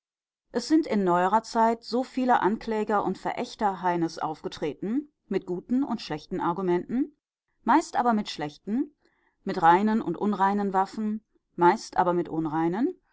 es sind in neuerer zeit so viele ankläger und verächter heines aufgetreten mit guten und schlechten argumenten meist aber mit schlechten mit reinen und unreinen waffen meist aber mit unreinen